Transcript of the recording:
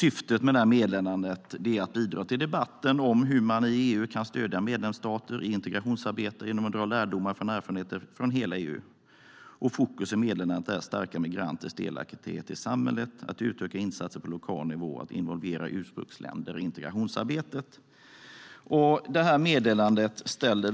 Syftet med meddelandet är att bidra till debatten om hur man i EU kan stödja medlemsstater i integrationsarbetet genom att dra lärdomar från erfarenheter från hela EU. Fokus i meddelandet är att stärka migranters delaktighet i samhället, att utöka insatser på lokal nivå och att involvera ursprungsländer i integrationsarbetet.